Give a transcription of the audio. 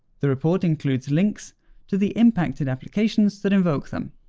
the report includes links to the impacted applications that evoke them.